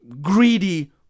greedy